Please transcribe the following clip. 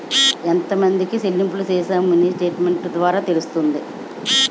ఎంతమందికి చెల్లింపులు చేశామో మినీ స్టేట్మెంట్ ద్వారా తెలుస్తుంది